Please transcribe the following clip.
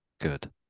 Good